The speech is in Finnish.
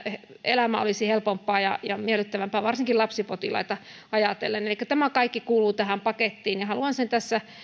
elämä olisi helpompaa ja ja miellyttävämpää varsinkin lapsipotilaita ajatellen elikkä tämä kaikki kuuluu tähän pakettiin ja haluan sen tässä